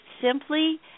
simply